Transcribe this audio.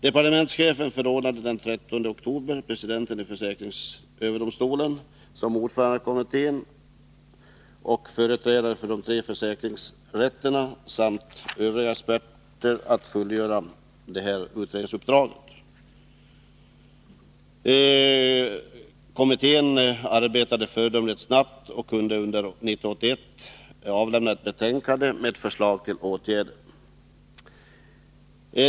Departementschefen förordnade den 13 oktober 1980 presidenten i försäkringsöverdomstolen att såsom ordförande i kommittén jämte företrädare för de tre försäkringsrätterna och en del övriga experter fullgöra utredningsuppdraget. Kommittén arbetade föredömligt snabbt och kunde under 1981 avlämna ett betänkande till regeringen med förslag till åtgärder.